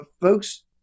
Folks